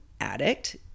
addict